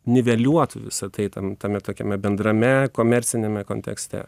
niveliuotų visa tai tam tame tokiame bendrame komerciniame kontekste